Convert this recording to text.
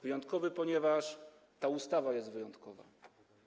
Wyjątkowy, ponieważ ta ustawa jest wyjątkowa.